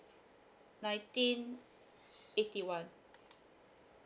nineteen eighty one